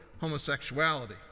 homosexuality